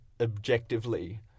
objectively